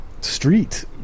street